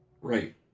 Right